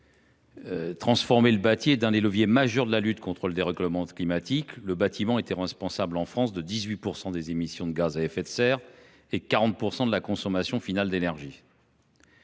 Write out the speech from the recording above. Transformer le bâti est l’un des leviers majeurs de la lutte contre le dérèglement climatique. Le bâtiment est responsable de 18 % des émissions de gaz à effet de serre et de 40 % de la consommation finale d’énergie